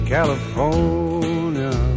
California